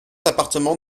appartement